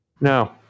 No